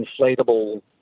inflatable